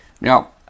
Now